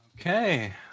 Okay